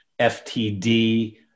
FTD